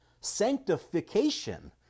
sanctification